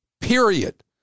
Period